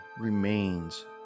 remains